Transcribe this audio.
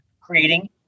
creating